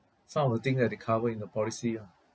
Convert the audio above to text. some of the thing that they cover in the policy ah